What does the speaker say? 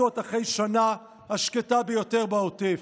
לעשות אחרי השנה השקטה ביותר בעוטף,